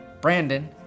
Brandon